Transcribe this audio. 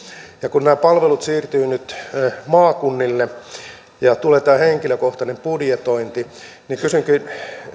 kun nämä palvelut nyt siirtyvät maakunnille ja tulee tämä henkilökohtainen budjetointi niin kysynkin